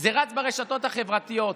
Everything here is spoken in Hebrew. זה רץ ברשתות החברתיות.